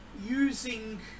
Using